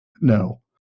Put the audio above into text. no